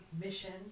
mission